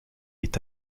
est